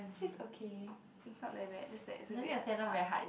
cheese okay it's not very bad just that a bit like hard